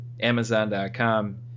Amazon.com